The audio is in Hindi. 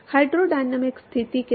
हाइड्रोडायनामिक स्थिति के साथ